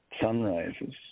sunrises